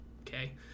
Okay